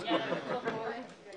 בשעה